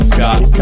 Scott